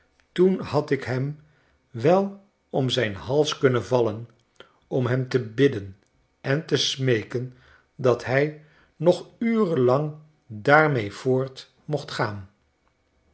toen had ik hem wel om zijnhalskunnen vallen om hem te bidden en te smeeken dat hij nog uren lang daarmee voort mocht gaan